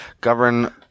Govern